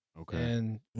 Okay